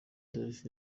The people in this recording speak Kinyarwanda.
adolf